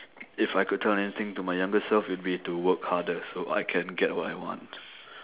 if I could tell anything to my younger self it'll be to work harder so I can get what I want